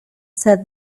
said